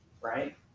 right